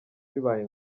bibaye